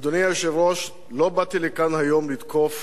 אדוני היושב-ראש, לא באתי לכאן היום לתקוף